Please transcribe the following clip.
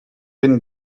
been